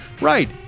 Right